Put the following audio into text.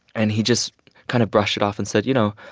and he just kind of brushed it off and said, you know,